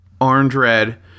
orange-red